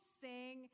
sing